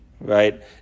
right